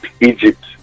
Egypt